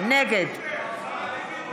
באמצע הצבעות?